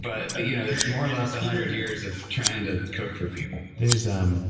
but but you know more or less one hundred years of trying to cook for people. there's um